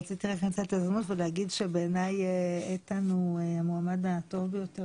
רציתי לומר שבעיניי איתן הוא המועמד הטוב ביותר